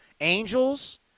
Angels